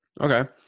Okay